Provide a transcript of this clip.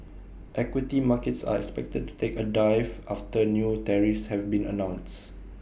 equity markets are expected to take A dive after new tariffs have been announced